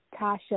Tasha